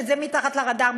וזה מתחת לרדאר,